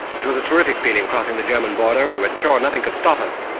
it was a terrific feeling crossing the german border, we were sure nothing could stop us.